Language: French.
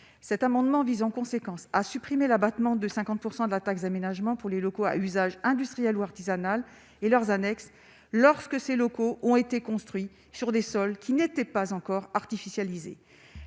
cet amendement vise en conséquence à supprimer l'abattement de 50 % de la taxe d'aménagement pour les locaux à usage industriel ou artisanal et leurs annexes lorsque ses locaux ont été construits sur des sols qui n'était pas encore artificialiser